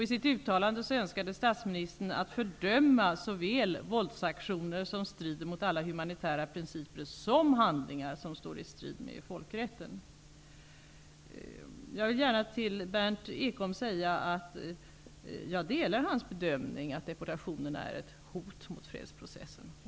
I sitt uttalande önskade statsministern att fördöma såväl våldsaktioner som strider mot alla humanitära principer som handlingar som står i strid med folkrätten. Till Berndt Ekholm vill jag säga att jag delar hans bedömning att deportationerna är ett hot mot fredsprocessen.